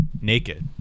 naked